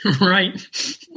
Right